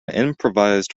improvised